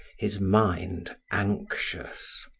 his mind anxious.